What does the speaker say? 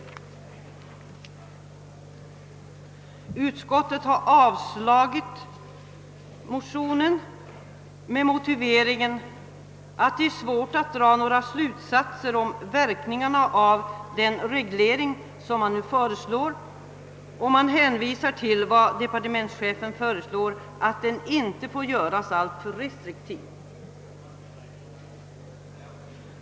Utskottet har avstyrkt motionen med motiveringen att det är svårt att dra några slutsatser om verkningarna av den reglering, som nu föreslås, och man hänvisar till departementschefens uttalande att denna inte får göras alltför restriktiv.